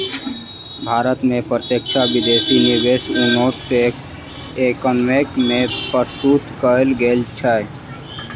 भारत में प्रत्यक्ष विदेशी निवेश उन्नैस सौ एकानबे में प्रस्तुत कयल गेल छल